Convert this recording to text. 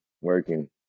working